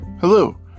Hello